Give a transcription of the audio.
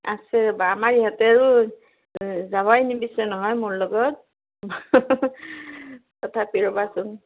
আছো ৰবা আমাৰ ইহঁতে আৰু যাৱই নিদিছে নহয় মোৰ লগত তথাপি ৰবাচোন